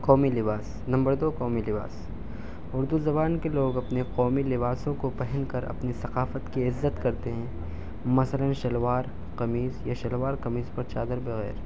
قومی لباس نمبر دو قومی لباس اردو زبان کے لوگ اپنے قومی لباسوں کو پہن کر اپنی ثقافت کی عزت کرتے ہیں مثلاً شلوار قمیص یا شلوار قمیص پر چادر وغیرہ